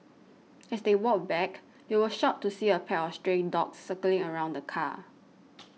as they walked back they were shocked to see a pack of stray dogs circling around the car